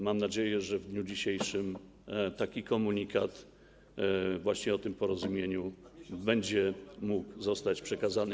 Mam nadzieję, że w dniu dzisiejszym taki komunikat, właśnie o tym porozumieniu, będzie mógł zostać przekazany.